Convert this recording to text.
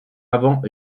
avant